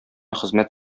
хезмәт